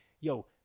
yo